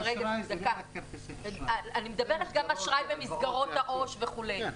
אני מדברת גם אשראי במסגרות העו"ש וכו'.